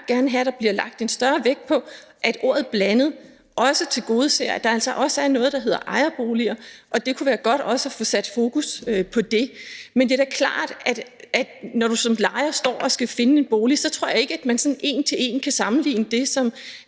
gerne have, at der bliver lagt større vægt på, at ordet blandet også tilgodeser, at der altså også er noget, der hedder ejerboliger. Det kunne være godt også at få sat fokus på det. Men jeg tror ikke, at man, når man som lejer står og skal finde en bolig, sådan en til en kan sammenligne med det, som